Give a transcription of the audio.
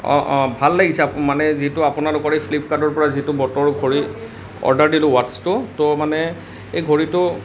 অঁ অঁ ভাল লাগিছে মানে যিটো আপোনালোকৰে ফ্লিপকাৰ্ডৰ পৰা যিটো বটৰ ঘড়ী অৰ্ডাৰ দিলোঁ ৱাটছটো তো মানে এই ঘড়ীটো